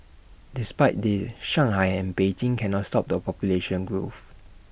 despite the Shanghai and Beijing cannot stop the population growth